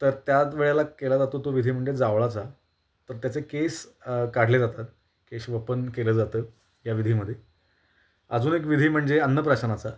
तर त्या द वेळेला केला जातो तो विधी म्हणजे जावळाचा तर त्याचे केस काढले जातात केशवपन केलं जातं या विधीमध्ये अजून एक विधी म्हणजे अन्नप्राशनाचा